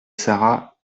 sara